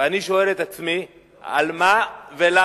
ואני שואל את עצמי על מה ולמה.